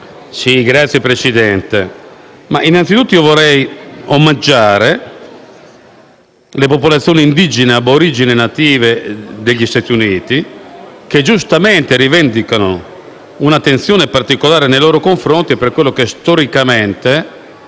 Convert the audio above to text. Signora Presidente, vorrei innanzitutto omaggiare le popolazioni indigene, aborigene, native degli Stati Uniti, che giustamente rivendicano un'attenzione particolare nei loro confronti per quello che storicamente,